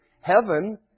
Heaven